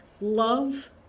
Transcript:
love